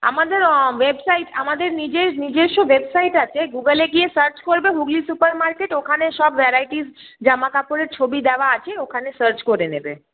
আমাদের ওয়েবসাইট আমাদের নিজের নিজস্ব ওয়েবসাইট আছে গুগলে গিয়ে সার্চ করবে হুগলি সুপারমার্কেট ওখানে সব ভ্যারাইটিস জামাকাপড়ের ছবি দেওয়া আছে ওখানে সার্চ করে নেবে